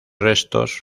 restos